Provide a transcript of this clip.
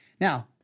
Now